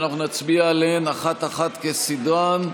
ואנחנו נצביע עליהן אחת-אחת כסדרן.